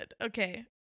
Okay